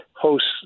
hosts